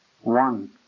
One